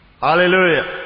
Hallelujah